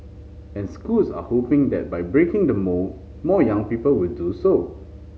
and schools are hoping that by breaking the mould more young people will do so